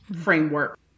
framework